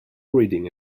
reading